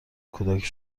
کودک